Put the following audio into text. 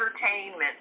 entertainment